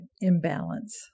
imbalance